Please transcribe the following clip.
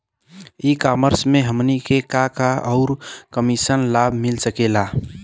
ई कॉमर्स से हमनी के का का अउर कइसन लाभ मिल सकेला?